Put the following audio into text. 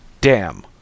Damn